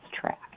track